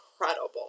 incredible